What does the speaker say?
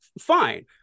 Fine